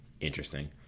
interesting